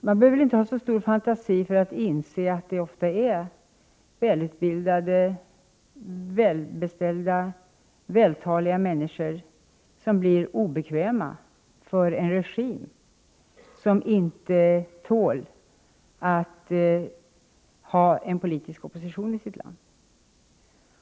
Man behöver inte ha så stor fantasi för att inse att det ofta är välutbildade, välbeställda, vältaliga människor som blir obekväma för en regim som inte tål att ha en politisk opposition i sitt land.